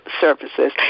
services